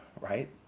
right